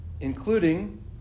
including